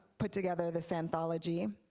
put together this anthology.